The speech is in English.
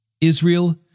Israel